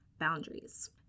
boundaries